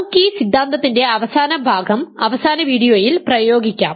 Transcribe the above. നമുക്കീ സിദ്ധാന്തത്തിൻറെ അവസാന ഭാഗം അവസാന വീഡിയോയിൽ പ്രയോഗിക്കാം